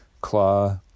claw